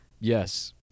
Yes